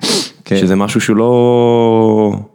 שזה משהו שלא.